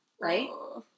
Right